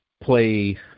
play